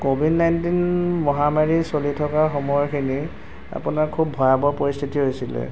Covid nineteen মহামাৰী চলি থকা সময়খিনি আপোনাৰ খুব ভয়াবহ পৰিস্থিতি হৈছিলে